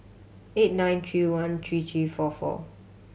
eight nine three one three three four four